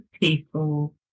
people